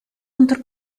unter